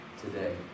today